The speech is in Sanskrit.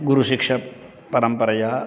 गुरुशिष्यपरम्परया